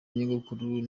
nyogokuru